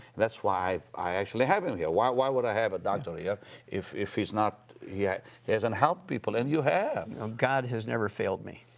that's why i actually have him here. why why would i have a doctor here if if he's not. he hasn't helped people, and you have! um god has never failed me.